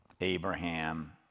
Abraham